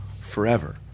forever